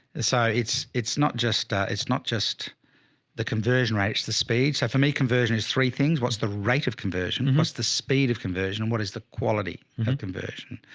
it's, ah it's it's not just a, it's not just the conversion rates, the speed. so for me, conversion is three things. what's the rate of conversion, and what's the speed of conversion and what is the quality of conversion?